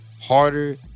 harder